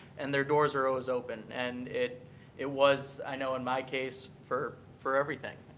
and their doors are always open. and it it was i know in my case for for everything.